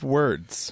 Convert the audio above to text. words